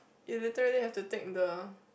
you literally have to take the